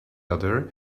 other